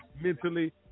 mentally